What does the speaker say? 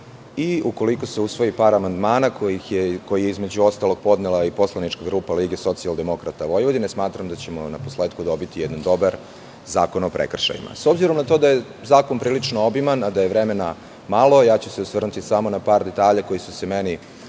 i ukoliko se usvoji par amandmana, koje je između ostalog podnela i poslanička grupa LSV, smatram da ćemo naposletku dobiti jedan dobar zakon o prekršajima.S obzirom na to da je zakon prilično obiman, a da je vremena malo, ja ću se osvrnuti samo na par detalja koji su se meni